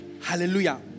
Hallelujah